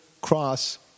cross